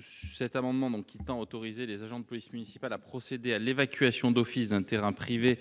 Cet amendement en quittant autoriser les agents de police municipale a procédé à l'évacuation d'office d'un terrain privé